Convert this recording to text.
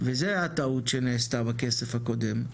וזה הטעות שנעשתה בכסף הקודם,